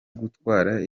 gutwara